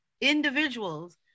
individuals